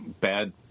bad